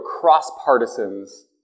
cross-partisans